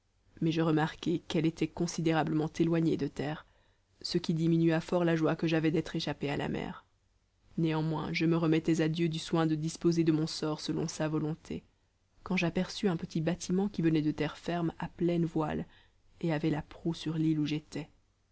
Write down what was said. mais je remarquai qu'elle était considérablement éloignée de terre ce qui diminua fort la joie que j'avais d'être échappé à la mer néanmoins je me remettais à dieu du soin de disposer de mon sort selon sa volonté quand j'aperçus un petit bâtiment qui venait de terre ferme à pleines voiles et avait la proue sur l'île où j'étais